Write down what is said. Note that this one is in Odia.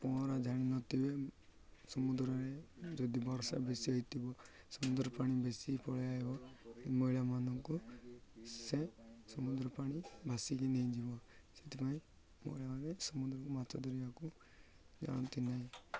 ପହଁରା ଜାଣିନଥିବେ ସମୁଦ୍ରରେ ଯଦି ବର୍ଷା ବେଶୀ ହେଇଥିବ ସମୁଦ୍ର ପାଣି ବେଶି ପଳାଇ ଆସିବ ମହିଳାମାନଙ୍କୁ ସେ ସମୁଦ୍ର ପାଣି ଭାସିକି ନେଇଯିବ ସେଥିପାଇଁ ମହିଳାମାନେ ସମୁଦ୍ରକୁ ମାଛ ଧରିବାକୁ ଜାଣନ୍ତି ନାହିଁ